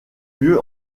lieu